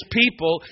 people